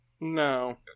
No